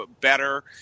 better